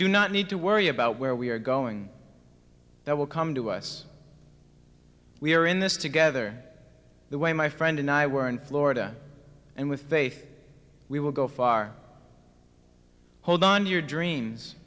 do not need to worry about where we are going that will come to us we are in this together the way my friend and i were in florida and with faith we will go far hold on to your dreams